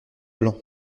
blancs